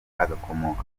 agakomoka